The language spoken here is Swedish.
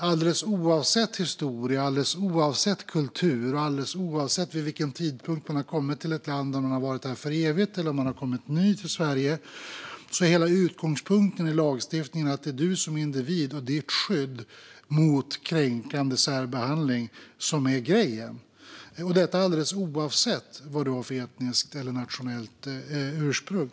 Alldeles oavsett historia, kultur och vid vilken tidpunkt man har kommit till ett land - om man har varit här för evigt eller kommit ny till Sverige - är hela utgångspunkten i lagstiftningen att det är du som individ och ditt skydd mot kränkande särbehandling som är grejen, och detta alltså alldeles oavsett vad du har för etniskt eller nationellt ursprung.